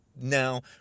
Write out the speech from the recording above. Now